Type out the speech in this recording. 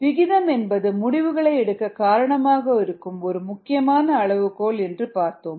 விகிதம் என்பது முடிவுகளை எடுக்க காரணமாக இருக்கும் ஒரு முக்கியமான அளவுகோல் என்று பார்த்தோம்